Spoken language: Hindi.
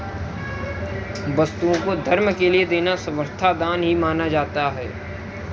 वस्तुओं को धर्म के लिये देना सर्वथा दान ही माना जाता है